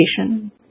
education